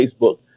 Facebook